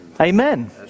Amen